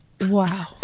Wow